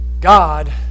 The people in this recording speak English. God